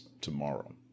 tomorrow